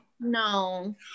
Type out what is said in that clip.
No